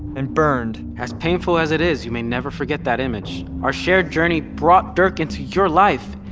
and burned as painful as it is, you may never forget that image. our shared journey brought dirk into your life,